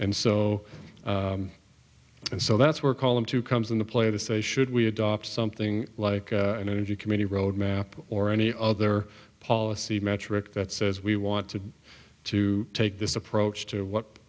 and so and so that's where column two comes into play to say should we adopt something like an energy committee roadmap or any other policy metric that says we want to to take this approach to what